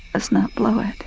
let's not blow